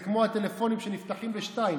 זה כמו הטלפונים שנפתחים לשניים,